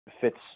fits